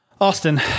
Austin